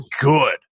good